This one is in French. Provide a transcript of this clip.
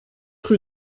rue